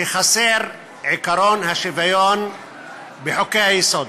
שעקרון השוויון חסר בחוקי-היסוד.